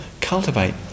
cultivate